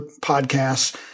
podcasts